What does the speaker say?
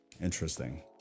Interesting